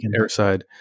airside